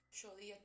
surely